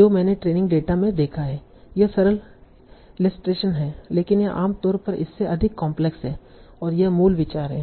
जो मैंने training data में देखा है यह सरल इलस्ट्रेशन है लेकिन यह आम तौर पर इससे अधिक कोम्प्लेस है और यह मूल विचार है